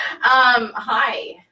hi